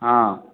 हँ